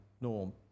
norm